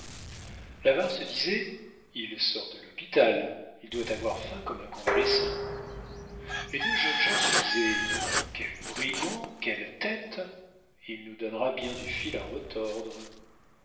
se disait il sort de l'hôpital il doit avoir faim comme un convalescent les deux jeunes gens se disaient quel brigand quelle tête il nous donnera bien du fil à retordre